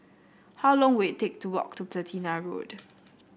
how long will it take to walk to Platina Road